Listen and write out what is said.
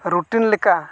routine